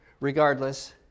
Regardless